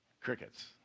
Crickets